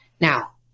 Now